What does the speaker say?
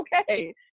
okay